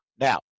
Now